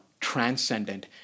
transcendent